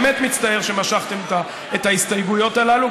באמת מצטער שמשכתם את ההסתייגויות הללו,